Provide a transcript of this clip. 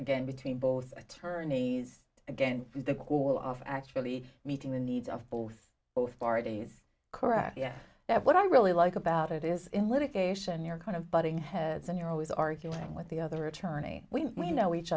again between both attorneys again all of actually meeting the needs of both both parties correct yeah that what i really like about it is in litigation you're kind of butting heads and you're always arguing with the other attorney we know each